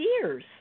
years